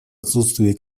отсутствие